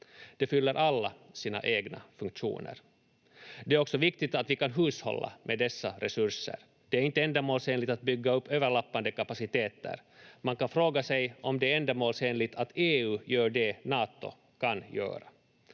De fyller alla sina egna funktioner. Det är också viktigt att vi kan hushålla med dessa resurser. Det är inte ändamålsenligt att bygga upp överlappande kapaciteter. Man kan fråga sig om det är ändamålsenligt att EU gör det Nato kan göra.